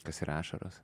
kas yra ašaros